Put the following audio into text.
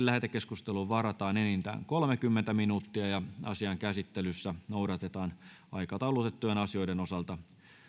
lähetekeskusteluun varataan enintään kolmekymmentä minuuttia asian käsittelyssä noudatetaan aikataulutettujen asioiden osalta